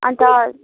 अन्त